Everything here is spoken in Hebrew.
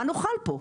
מה נאכל פה?